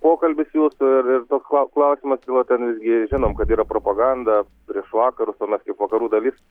pokalbis jūsų ir ir toks klau klausimas kilo ten visgi žinom kad yra propaganda prieš vakarus o mes kaip vakarų dalis